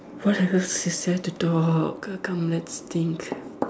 what else is there to talk c~ come let's think